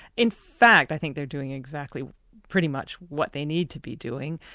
in fact i think they're doing exactly pretty much what they need to be doing.